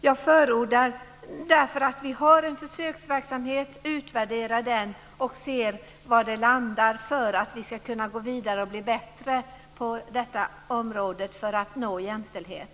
Jag förordar därför att vi har en försöksverksamhet, utvärderar den och ser var den landar för att vi ska kunna gå vidare och bli bättre på detta område, att nå jämställdhet.